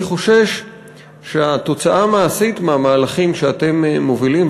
שאני חושש שהתוצאה המעשית של המהלכים שאתם מובילים,